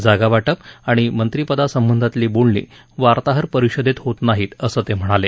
जागावाटप आणि मंत्रिपदासंबंधातली बोलणी वार्ताहर परिषदेत होत नाहीत असं ते म्हणाले